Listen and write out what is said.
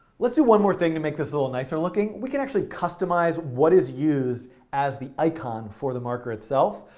let's do one more thing to make this a little nicer looking. we can actually customize what is used as the icon for the marker itself.